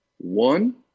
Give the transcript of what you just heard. One